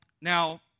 Now